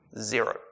Zero